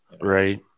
Right